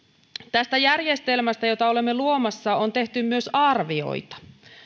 tästä järjestelmästä jota olemme luomassa on tehty myös arvioita